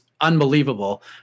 unbelievable